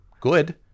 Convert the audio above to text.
good